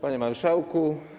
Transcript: Panie Marszałku!